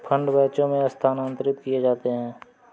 fund बैचों में स्थानांतरित किए जाते हैं